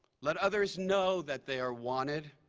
let others know that they are wanted.